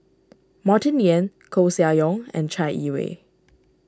Martin Yan Koeh Sia Yong and Chai Yee Wei